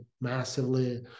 massively